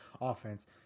offense